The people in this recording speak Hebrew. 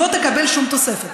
לא תקבל שום תוספת,